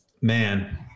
Man